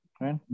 right